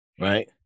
Right